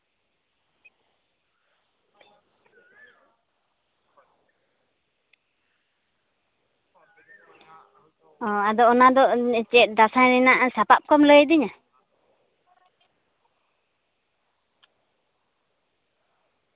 ᱟᱫᱚ ᱚᱱᱟ ᱫᱚ ᱪᱮᱫ ᱫᱟᱸᱥᱟᱭ ᱨᱮᱭᱟᱜ ᱥᱟᱯᱟᱵ ᱠᱚᱢ ᱞᱟᱹᱭᱟᱫᱤᱧᱟ